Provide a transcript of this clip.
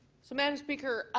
so madam speaker,